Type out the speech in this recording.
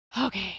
Okay